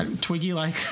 Twiggy-like